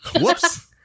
Whoops